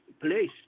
place